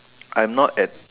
I'm not en~